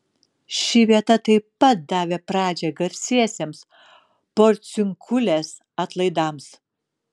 ši vieta tai pat davė pradžią garsiesiems porciunkulės atlaidams